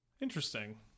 Interesting